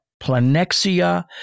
planexia